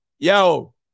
Yo